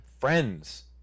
friends